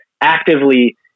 actively